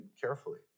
carefully